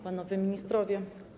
Panowie Ministrowie!